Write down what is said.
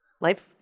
life